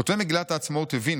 "כותבי מגילת העצמאות הבינו